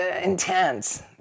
intense